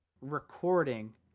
recording